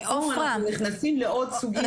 אנחנו נכנסים לעוד סוגיה.